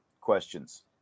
questions